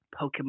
Pokemon